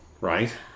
right